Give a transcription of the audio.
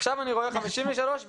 עכשיו אני רואה 53 ו67-.